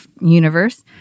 universe